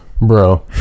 Bro